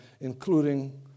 including